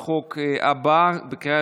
אני מודיע שהצעת החוק הזאת התקבלה בקריאה